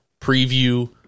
preview